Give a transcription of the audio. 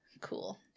Cool